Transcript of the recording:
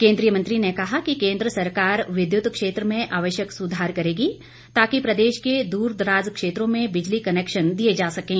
केंद्रीय मंत्री ने कहा कि केंद्र सरकार विद्युत क्षेत्र में आवश्यक सुधार करेगी ताकि प्रदेश के दूरदराज क्षेत्रों में बिजली कनैक्शन दिए जा सकें